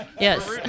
yes